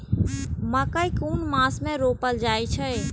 मकेय कुन मास में रोपल जाय छै?